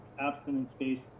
abstinence-based